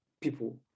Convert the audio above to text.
people